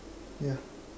yeah